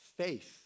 faith